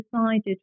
decided